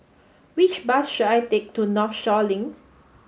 which bus should I take to Northshore Link